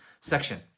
section